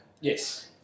Yes